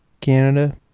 canada